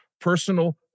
personal